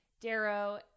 Darrow